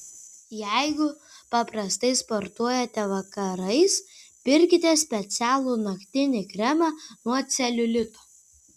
jeigu paprastai sportuojate vakarais pirkite specialų naktinį kremą nuo celiulito